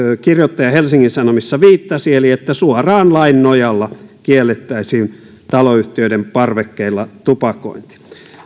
kirjoittaja helsingin sanomissa viittasi eli että suoraan lain nojalla kiellettäisiin taloyhtiöiden parvekkeilla tupakointi